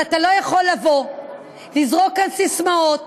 אבל אתה לא יכול לבוא, לזרוק כאן ססמאות